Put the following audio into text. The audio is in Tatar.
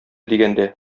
дигәндә